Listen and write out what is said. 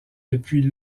depuis